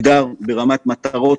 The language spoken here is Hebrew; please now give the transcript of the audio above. תוכנית שתוגדר ברמת מטרות,